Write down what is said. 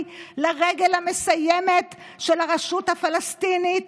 לרגל המסיימת של הרשות הפלסטינית,